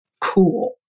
cool